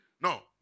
No